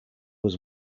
was